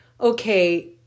okay